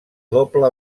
doble